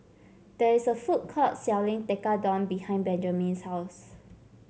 there is a food court selling Tekkadon behind Benjamin's house